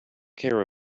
care